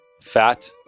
fat